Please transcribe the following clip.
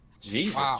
Jesus